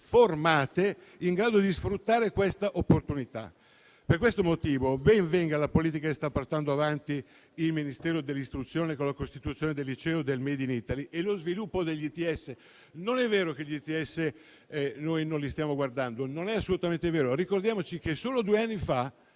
formate in grado di sfruttare questa opportunità. Per questo motivo ben venga la politica che sta portando avanti il Ministero dell'istruzione e del merito con la costituzione del liceo del *made in Italy* e lo sviluppo degli ITS. Non è vero che non ci stiamo occupando degli ITS, non è assolutamente vero. Ricordiamoci che solo due anni fa